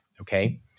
Okay